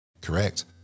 Correct